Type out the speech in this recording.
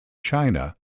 china